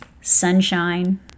sunshine